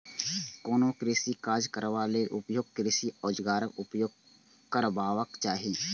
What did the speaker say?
कोनो कृषि काज करबा लेल उपयुक्त कृषि औजारक उपयोग करबाक चाही